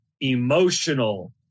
emotional